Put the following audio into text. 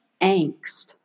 angst